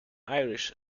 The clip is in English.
irish